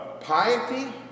Piety